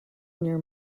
near